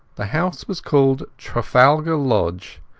the house was called trafalgar lodge,